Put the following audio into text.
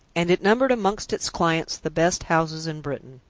and it numbered amongst its clients the best houses in britain.